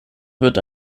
wird